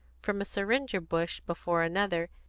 from a syringa bush before another,